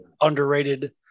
Underrated